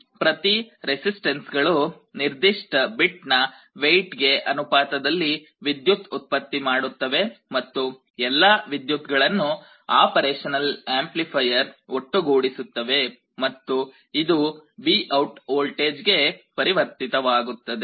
ಪ್ರತಿ ರೆಸಿಸ್ಟನ್ಸ್ಗಳು ನಿರ್ದಿಷ್ಟ ಬಿಟ್ ನ ವೆಯಿಟ್ ಗೆ ಅನುಪಾತದಲ್ಲಿ ವಿದ್ಯುತ್ ಉತ್ಪತ್ತಿ ಮಾಡುತ್ತವೆ ಮತ್ತು ಎಲ್ಲ ವಿದ್ಯುತ್ ಗಳನ್ನು ಆಪರೇಷನಲ್ ಆಂಪ್ಲಿಫೈಯರ್ ಒಟ್ಟುಗೂಡಿಸುತ್ತವೆ ಮತ್ತು ಇದು VOUT ವೋಲ್ಟೇಜ್ ಗೆ ಪರಿವರ್ತಿತವಾಗುತ್ತದೆ